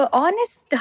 honest